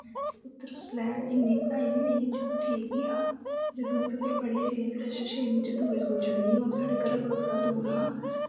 उसलै इन्नी पढ़ाई बी नेईं ही चलो ठीक गै हा जदूं अस पढ़ियै गे फिर अस छेमीं च दुए स्कूल चली गे ओह् साढ़े घरै कोला थोह्ड़ा दूर हा